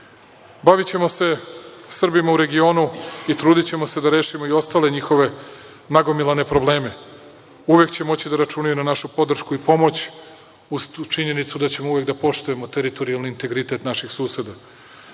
novac. Bavićemo se Srbima u regionu i trudićemo se da rešimo i stale njihove nagomilane probleme. Uvek će moći da računaju na našu podršku i pomoć uz tu činjenicu da ćemo uvek da poštujemo teritorijalni integritet naših suseda. Srbija